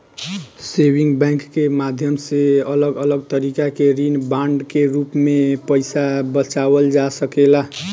saving bank के माध्यम से अलग अलग तरीका के ऋण बांड के रूप में पईसा बचावल जा सकेला